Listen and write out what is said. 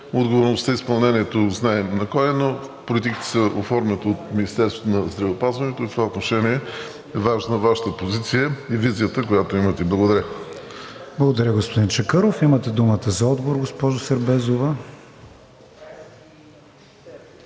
отговорността и изпълнението знаем на кого е, но политиките се оформят от Министерството на здравеопазването и в това отношение е важна Вашата позиция и визията, която имате. Благодаря. ПРЕДСЕДАТЕЛ КРИСТИАН ВИГЕНИН: Благодаря, господин Чакъров. Имате думата за отговор, госпожо Сербезова.